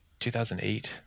2008